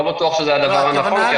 לא בטוח שזה הדבר הנכון,